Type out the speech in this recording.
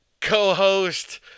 co-host